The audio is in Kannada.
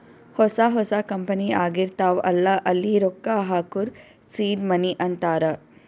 ಹೊಸಾ ಹೊಸಾ ಕಂಪನಿ ಆಗಿರ್ತಾವ್ ಅಲ್ಲಾ ಅಲ್ಲಿ ರೊಕ್ಕಾ ಹಾಕೂರ್ ಸೀಡ್ ಮನಿ ಅಂತಾರ